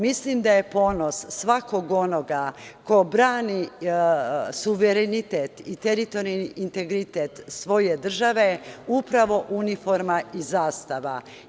Mislim da je ponos svakog onoga ko brani suverenitet i teritorijalni integritet svoje države upravo uniforma i zastava.